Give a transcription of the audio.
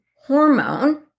hormone